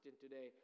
today